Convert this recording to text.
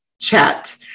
chat